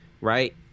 right